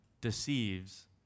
deceives